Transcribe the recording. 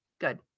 Good